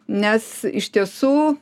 nes iš tiesų